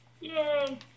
Yay